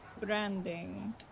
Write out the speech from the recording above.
branding